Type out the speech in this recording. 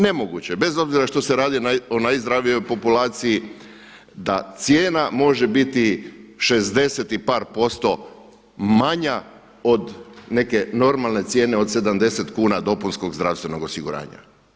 Nemoguće, bez obzira što se radi o najzdravijoj populaciji da cijena može biti 60 i par posto manja od neke normalne cijene od 70 kuna dopunskog zdravstvenog osiguranja.